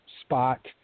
spot